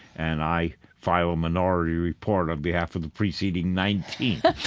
and i file minority report on behalf of the preceding nineteen.